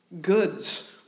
Goods